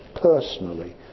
personally